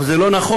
אבל זה לא נכון.